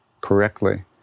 correctly